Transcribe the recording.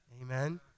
Amen